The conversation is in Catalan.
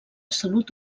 salut